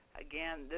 again